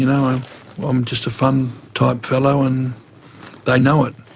you know i'm um just a fun type fellow and they know it.